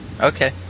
Okay